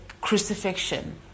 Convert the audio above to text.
crucifixion